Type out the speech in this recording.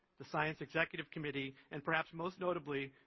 the science executive committee, and, perhaps most notably,